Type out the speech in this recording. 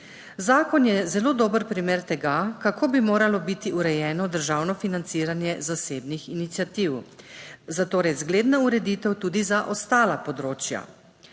Zakon je zelo dober primer tega, kako bi moralo biti urejeno državno financiranje zasebnih iniciativ za torej zgledna ureditev tudi za ostala področja.